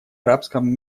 арабском